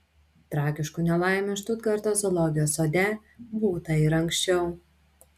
tragiškų nelaimių štutgarto zoologijos sode būta ir anksčiau